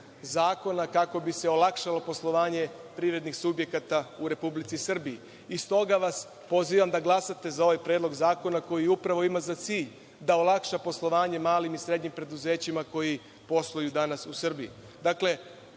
zakona kako bi se olakšalo poslovanje privrednih subjekata u Republici Srbiji. Stoga, vas pozivam, da glasate za ovaj predlog zakona koji upravo ima za cilj da olakša poslovanje malim i srednjim preduzećima koji posluju danas u Srbiji. Ovim